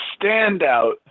standout